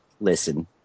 listen